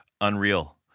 unreal